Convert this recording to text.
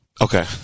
Okay